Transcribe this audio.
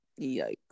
Yikes